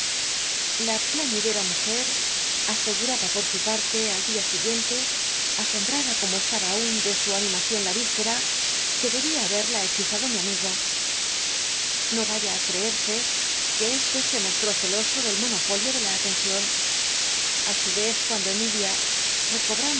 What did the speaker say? la plaiíidera mujer aseguraba por su parle al din siguiente asombrada como estaba aun de su animacion de la yispera que debía haberla hechizado mi amigo no vaya á creerse que éste se mostró celoso del monopolio de la atencion a su ycz cuando emilia